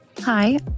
Hi